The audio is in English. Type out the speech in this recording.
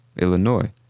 Illinois